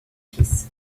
fils